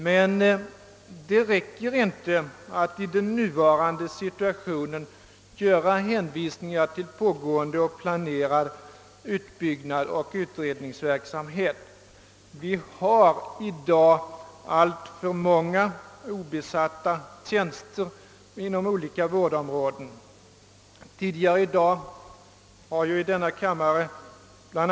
Men det räcker inte att i den nuvarande situationen göra hänvisningar till pågående och planerad utbyggnadsoch utredningsverksamhet. Vi har för närvarande alltför många obesatta tjänster på olika vårdområden. Tidigare i dag har ju i denna kammare bla.